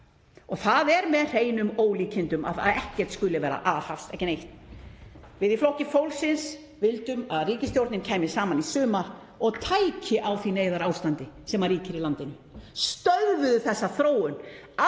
dag. Það er með hreinum ólíkindum að ekkert skuli vera aðhafst, ekki neitt. Við í Flokki fólksins vildum að ríkisstjórnin kæmi saman í sumar og tæki á því neyðarástandi sem ríkir í landinu, stöðvaði þessa þróun áður